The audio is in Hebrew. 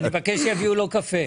אני מבקש שיביאו לו קפה.